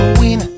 win